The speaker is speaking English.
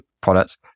products